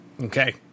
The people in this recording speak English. okay